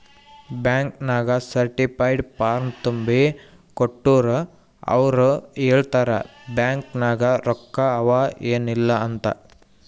bank ನಾಗ್ certified form ತುಂಬಿ ಕೊಟ್ಟೂರ್ ಅವ್ರ ಹೇಳ್ತಾರ್ ಬ್ಯಾಂಕ್ ನಾಗ್ ರೊಕ್ಕಾ ಅವಾ ಏನ್ ಇಲ್ಲ ಅಂತ್